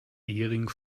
ehering